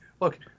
Look